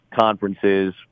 conferences